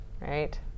right